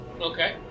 Okay